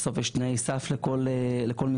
בסוף יש תנאי סף לכל משרה,